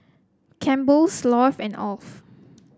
Campbell's Lotte and Alf